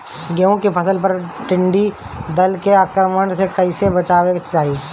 गेहुँ के फसल पर टिड्डी दल के आक्रमण से कईसे बचावे के चाही?